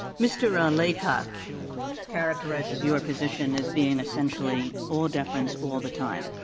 mr. um laycock characterizes your position as being essentially all deference all the time.